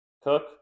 Cook